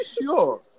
sure